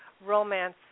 Romance